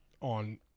on